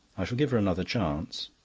i shall give her another chance.